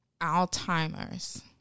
Alzheimer's